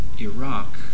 Iraq